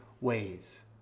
ways